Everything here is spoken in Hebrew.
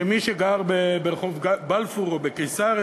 אני יודע שמי שגר ברחוב בלפור או בקיסריה